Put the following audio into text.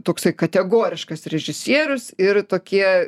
toksai kategoriškas režisierius ir tokie